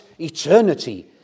eternity